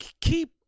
keep